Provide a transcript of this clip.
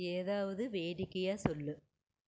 ஏதாவது வேடிக்கையாக சொல்